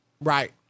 Right